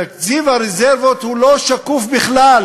תקציב הרזרבות הוא לא שקוף בכלל.